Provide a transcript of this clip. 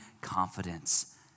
confidence